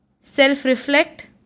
self-reflect